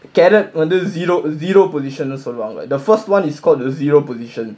carrot வந்து:vanthu zero zero position னு சொல்வாங்க:nu solvaanga the first one is called the zero position